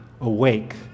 awake